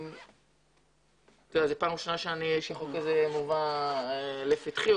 זו פעם ראשונה שהחוק הזה מובא לפתחי.